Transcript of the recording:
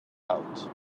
out